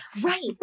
Right